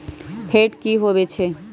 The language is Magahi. फैट की होवछै?